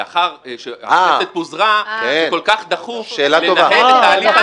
שלאחר שהכנסת פוזרה כל כך דחוף לנהל את ההליך הזה --- שאלה טובה.